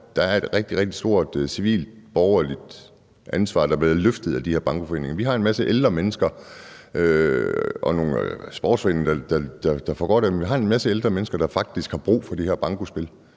et rigtig, rigtig stort civilt borgerligt ansvar af de her bankoforeninger, og der er nogle sportsforeninger, der nyder godt af det, og vi har en masse ældre mennesker, der faktisk har brug for de her bankospil,